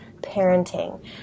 parenting